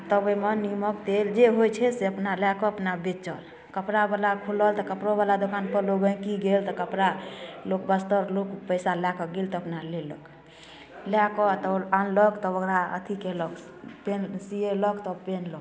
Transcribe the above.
तब ओहिमे निमक तेल जे होइत छै से अपना लै कऽ अपना बेचऽ कपड़ा बला खुलल तऽ कपड़ो बला दोकान पर लोग गहकी गेल तऽ कपड़ा लोक बस्तर लोक पैसा लै कऽ गेल तऽ अपना लेलक लै कऽ आ तब आनलक तब ओकरा अथी कयलक फेर सिएलक तब पहिरलक